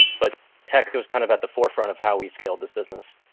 but tech was kind of at the forefront of how we scaled this business.